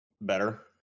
better